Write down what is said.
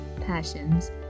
passions